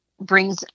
brings